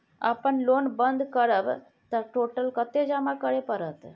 अपन लोन बंद करब त टोटल कत्ते जमा करे परत?